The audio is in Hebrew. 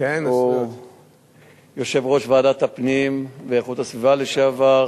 הוא יושב-ראש ועדת הפנים ואיכות הסביבה לשעבר,